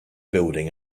building